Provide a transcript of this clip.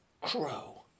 crow